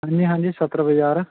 ਹਾਂਜੀ ਹਾਂਜੀ ਸਦਰ ਬਜ਼ਾਰ